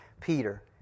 Peter